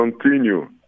continue